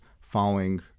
following